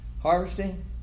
harvesting